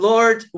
Lord